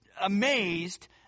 amazed